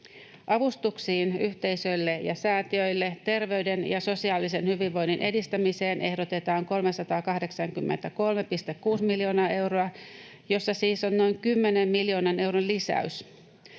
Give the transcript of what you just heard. Avustuksiin yhteisölle ja säätiöille terveyden ja sosiaalisen hyvinvoinnin edistämiseen ehdotetaan 383,6 miljoonaa euroa, jossa siis on noin 10 miljoonan euron lisäys.